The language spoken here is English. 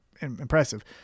impressive